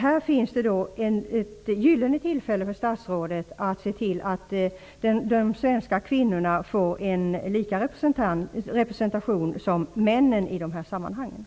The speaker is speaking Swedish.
Här finns då ett gyllene tillfälle för statsrådet att se till att de svenska kvinnorna får en lika representation som männen.